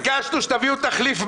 ביקשנו שתביאו תחליף.